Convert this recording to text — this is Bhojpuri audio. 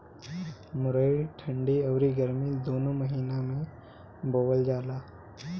मुरई ठंडी अउरी गरमी दूनो महिना में बोअल जाला